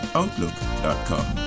outlook.com